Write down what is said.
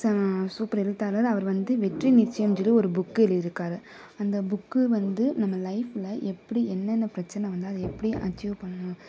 super எழுத்தாளர் அவர் வந்து வெற்றி நிச்சயம்ன்னு சொல்லி ஒரு புக்கு எழுதிருக்காரு அந்த புக்கு வந்து நம்ம லைஃப்பில் எப்படி என்னென்ன பிரச்சனை வந்தால் அதை எப்படி அச்சீவ் பண்ணணும்